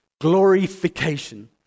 glorification